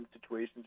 situations